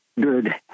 good